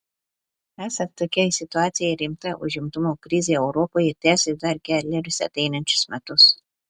esant tokiai situacijai rimta užimtumo krizė europoje tęsis dar kelerius ateinančius metus